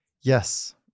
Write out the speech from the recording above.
Yes